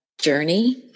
journey